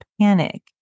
panic